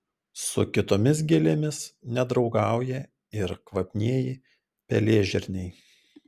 su kitomis gėlėmis nedraugauja ir kvapnieji pelėžirniai